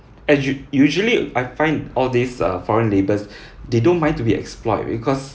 as usua~ usually I find all these uh foreign labours they don't mind to be exploit because